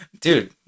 Dude